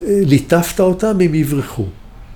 ‫ליטפת אותם והם יברחו.